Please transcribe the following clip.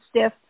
stiff